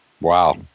Wow